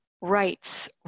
rights